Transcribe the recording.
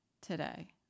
today